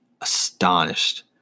astonished